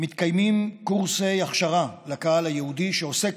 מתקיימים קורסי הכשרה לקהל ייעודי שעוסק